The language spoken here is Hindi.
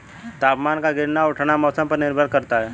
तापमान का गिरना उठना मौसम पर निर्भर करता है